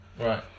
Right